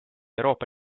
euroopa